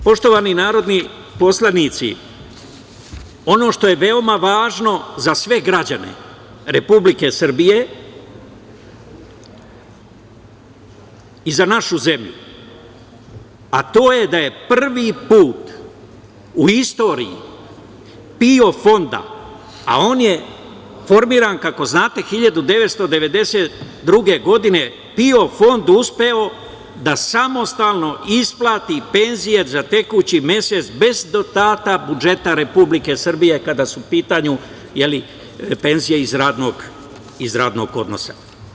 Poštovani narodni poslanici, ono što je veoma važno za sve građane Republike Srbije i za našu zemlju, je da je prvi put u istoriji PIO Fonda, a on je formiran kako znate 1992. godine, PIO Fond uspeo da samostalno isplati penzije za tekući mesec, bez dodatka budžeta Republike Srbije, kada su u pitanju penzije iz radnog odnosa.